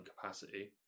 capacity